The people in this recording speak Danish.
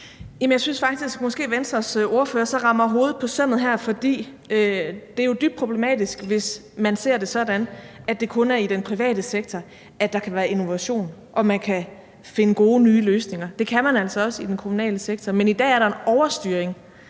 Jeg synes faktisk måske, Venstres ordfører så rammer hovedet på sømmet her, for det er jo dybt problematisk, hvis man ser det sådan, at det kun er i den private sektor, der kan være innovation og man kan finde gode nye løsninger. Det kan man altså også i den kommunale sektor. Men i dag er der en overstyring